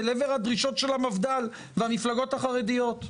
אל עבר הדרישות של המפד"ל והמפלגות החרדיות.